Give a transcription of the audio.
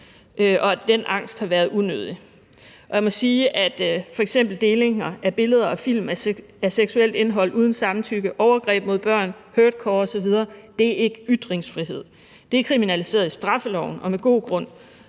og at den angst har været unødig. Jeg må sige, at f.eks. delinger af billeder og film af seksuelt indhold uden samtykke, overgreb mod børn, hurtcore osv. ikke er ytringsfrihed, for det er kriminaliseret i straffeloven og med god grund,